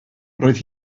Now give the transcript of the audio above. roedd